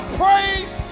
praise